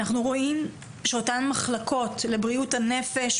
אנחנו רואים שאותן מחלקות לבריאות הנפש,